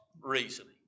reasoning